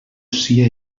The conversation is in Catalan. sia